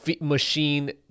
machine